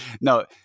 no